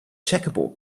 checkerboard